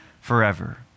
forever